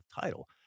title